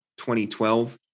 2012